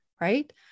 right